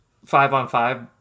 Five-on-five